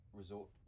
resort